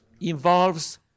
involves